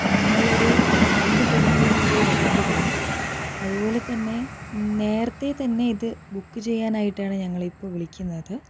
ഞങ്ങൾ ഒരു പന്ത്രണ്ട് പേർക്കുള്ള ഫുഡ് വേണ്ടിവരും അതുപോലെതന്നെ നേരത്തെ തന്നെ ഇത് ബുക്ക് ചെയ്യാനായിട്ടാണ് ഞങ്ങൾ ഇപ്പോൾ വിളിക്കുന്നത്